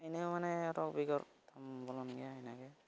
ᱤᱱᱟᱹ ᱦᱚᱸ ᱢᱟᱱᱮ ᱨᱳᱜᱽ ᱵᱤᱜᱷᱤᱱ ᱵᱚᱞᱚᱱ ᱜᱮᱭᱟ ᱤᱱᱟᱹ ᱜᱮ